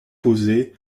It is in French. posées